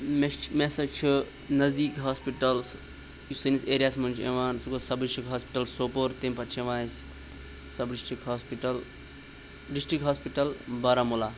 مےٚ چھُ مےٚ ہَسا چھُ نزدیٖک ہاسپِٹَل یُس سٲنِس ایریاہَس منٛز چھُ یِوان سُہ گوٚو سَب ڈِسٹرٛک ہاسپِٹَل سوپور تَمہِ پَتہٕ چھِ یِوان اَسہِ sub district hospital district hospital Baramulla